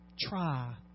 try